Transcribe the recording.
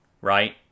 right